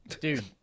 Dude